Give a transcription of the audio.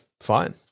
fine